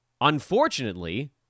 Unfortunately